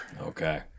Okay